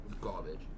garbage